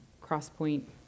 cross-point